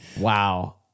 Wow